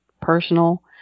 personal